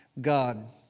God